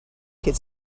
could